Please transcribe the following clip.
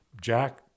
Jack